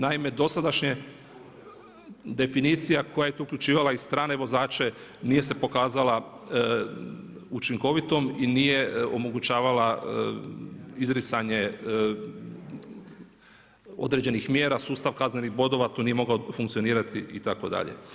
Naime, dosadašnja definicija koja je tu uključivala i strane vozače nije se pokazala učinkovitom i nije omogućavala izricanje određenih mjera, sustav kaznenih bodova tu nije mogao funkcionirati itd.